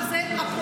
אבל זה הפרוגרס,